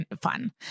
fun